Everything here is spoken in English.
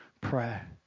prayer